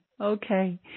Okay